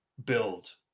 Build